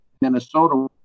Minnesota